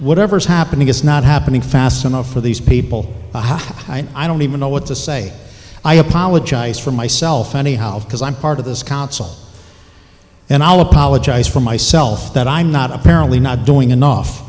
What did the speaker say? whatever's happening it's not happening fast enough for these people i don't even know what to say i apologize for myself anyhow because i'm part of this council and i'll apologize for myself that i'm not apparently not doing enough